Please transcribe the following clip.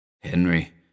Henry